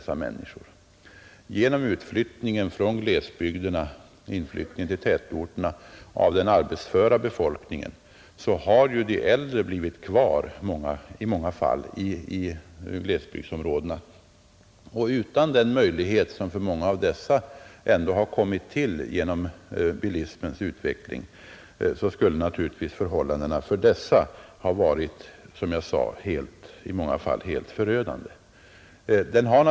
Genom den arbetsföra befolkningens utflyttning från glesbygderna till tätorterna har de äldre i många fall blivit kvar. Utan den möjlighet som bilismen givit dessa människor skulle förhållandena för dem, som jag sade, ha varit helt förödande.